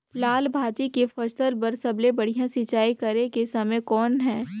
लाल भाजी के फसल बर सबले बढ़िया सिंचाई करे के समय कौन हे?